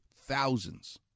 thousands